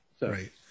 right